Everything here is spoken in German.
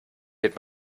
wird